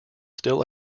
still